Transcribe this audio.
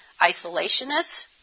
isolationists